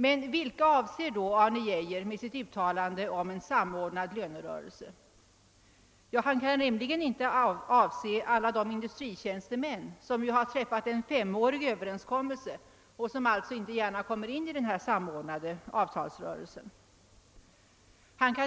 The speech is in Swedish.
Men vilka avser då Arne Geijer med sitt uttalan de om en samordnad lönerörelse? Han kan rimligen inte avse alla de industritjänstemän som har träffat en femårig överenskommelse och som alltså inte kommer in i den samordnade avtalsrörelsen.